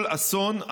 כל אסון,